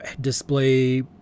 display